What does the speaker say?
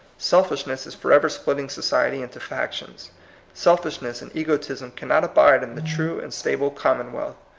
selfishness is forever splitting society into factions selfishness and egotism cannot abide in the true and stable commonwealth.